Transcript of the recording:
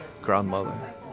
grandmother